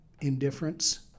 indifference